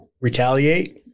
retaliate